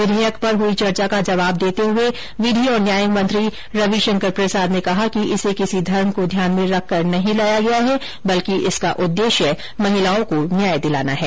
विधेयक पर हई चर्चा का जवाब देते हुए विधि और न्याय मंत्री रविशंकर प्रसाद ने कहा कि इसे किसी धर्म को ध्यान में रखकर नहीं लोया गया है बल्कि इसका उद्देश्य महिलाओं को न्याय दिलाना है